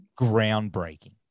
groundbreaking